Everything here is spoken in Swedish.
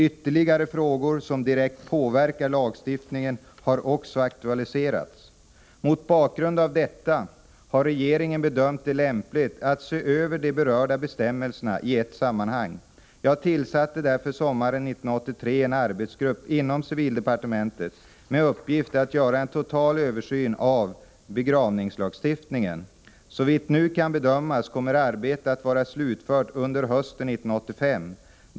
Ytterligare frågor, som direkt påverkar lagstiftningen, har också aktualiserats. Mot bakgrund av detta har regeringen bedömt det lämpligt att se över de berörda bestämmelserna i ett sammanhang. Jag tillsatte därför sommaren 1983 en arbetsgrupp inom civildepartementet med uppgift att göra en total översyn av begravningslagstiftningen. Såvitt nu kan bedömas kommer arbetet att vara slutfört under hösten 1985.